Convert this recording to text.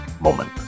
moment